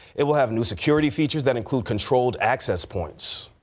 it will have new security features that include controlled access points.